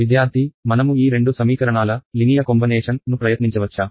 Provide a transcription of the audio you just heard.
విద్యార్థి మనము ఈ రెండు సమీకరణాల సరళ కలయికను ప్రయత్నించవచ్చా